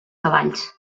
cavalls